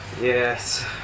Yes